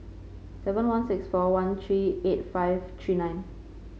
seven one six four one three eight five three nine